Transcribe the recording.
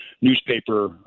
newspaper